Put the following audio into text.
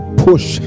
push